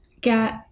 get